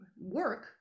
work